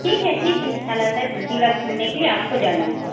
ठीक है ठीक है नालंदा जिला घूमने के लिए आपको जाना है